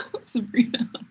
Sabrina